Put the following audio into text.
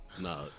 No